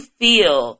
feel